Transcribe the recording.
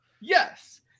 yes